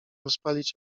rozpalić